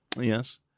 Yes